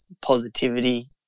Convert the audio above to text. positivity